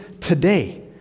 today